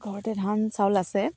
ঘৰতে ধান চাউল আছে